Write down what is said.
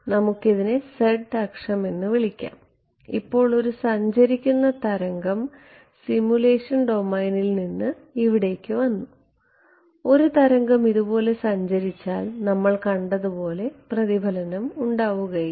നമുക്ക് ഇതിനെ z അക്ഷം എന്ന് വിളിക്കാം ഇപ്പോൾ ഒരു സഞ്ചരിക്കുന്ന തരംഗം സിമുലേഷൻ ഡൊമെയ്നിൽ നിന്ന് ഇവിടേക്ക് വന്നു ഒരു തരംഗം ഇതുപോലെ സഞ്ചരിച്ചാൽ നമ്മൾ കണ്ടതുപോലെ പ്രതിഫലനം ഉണ്ടാവുകയില്ല